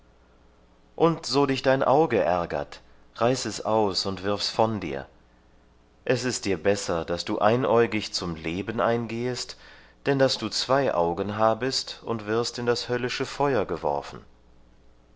und so dich dein auge ärgert reiß es aus und wirf's von dir es ist dir besser daß du einäugig zum leben eingehest denn daß du zwei augen habest und wirst in das höllische feuer geworfen